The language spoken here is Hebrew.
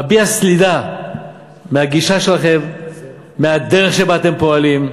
מביע סלידה מהגישה שלכם, מהדרך שבה אתם פועלים.